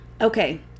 Okay